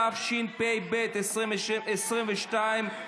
התשפ"ב 2022,